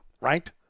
right